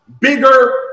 bigger